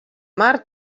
mar